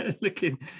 Looking